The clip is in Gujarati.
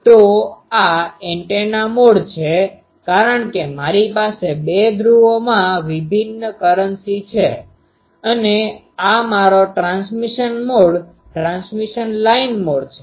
તો આ એન્ટેના મોડ છે કારણ કે મારી પાસે બે ધ્રુવોમાં વિભિન્ન કરન્સીcurrency ચલણ છે અને આ મારો transmission mode transmission line mode છે